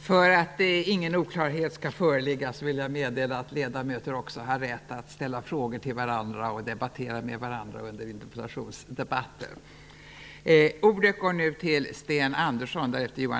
För att ingen oklarhet skall föreligga vill jag meddela att ledamöter också har rätt att ställa frågor till varandra och debattera med varandra under interpella tionsdebatten.